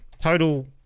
total